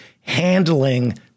handling